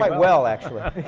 like well, actually.